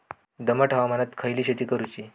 दमट हवामानात खयली शेती करूची?